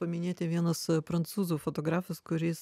paminėjote vienas prancūzų fotografas kuris